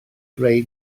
greu